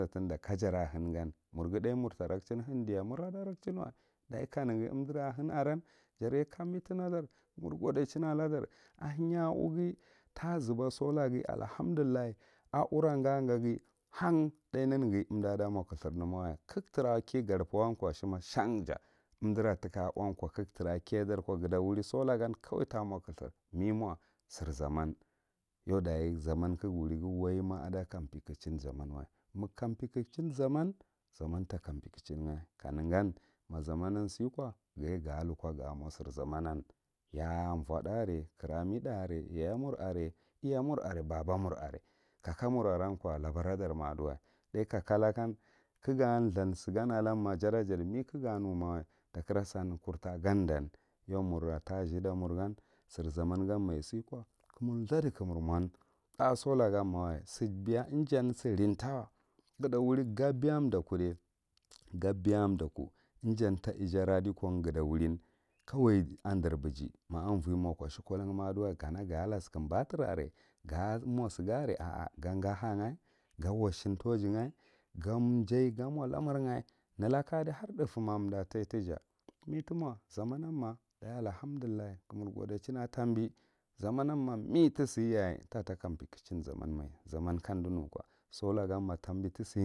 Thinda ka jara hangan murgha tha mur ta rackching handiya mur da rakhing nanwa dachi ka neghi umdiraa han are jarye tabi tina dar mur godechin ar ladar a hinya aughi ta zuba solaghi allahamdulla aura ghagaghi han tha neneghi umd da mo kthurne amawa ka ngha trara ki gahifuwan ko shima sham ja umdura tika auwanko ka ngha trara kiya dar da ko nghata wuri sola gan kawai tamo kuthaurar memawa sir zaman, yau daye zaman ka ngha wurighi waima a da kampekuching zaman wa ma kampekuching zaman ta kampekuching kame gan ma zaman siko gaye ga luko ga mo sir zamanam ya a are yayatha are cotha are kiramitha are yayamur are, iyamur are ɓaɓa mur are kaka mur are ran laɓara dar ma adiwa tha kaka lakan kaga gham, sugan along ma ja da jadi me kaeja numawa ta kirra san kur tagatdan yau murra ta zhuda mur gan siru zaman gan ma ja siko mur thadi ka mur mon tha sola gan mawa sibiya i jan sirinta nngha ta wurin ga biya a dagu ga biga dagu ijan ta ija radikon ngha ta wunin kawai an jar ɓegi ma anvoye moko shikolga ma a duwai kana ga lasikum ɓattry are ga mo siga are a a gan han a ga washing tourge a gan jay ga mo lamar a nelaka adi har thufoma umda tai tija une t imo zaannan ma dachi alhamdullah ka mur godiching a ka taɓi zaman ma me tisi yaye latah kampekkuching zaman mai zaman kam dinuko sola gan ma zaman tisina.